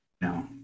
No